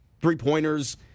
three-pointers